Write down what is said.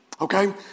Okay